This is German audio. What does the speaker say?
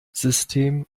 system